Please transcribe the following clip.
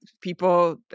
people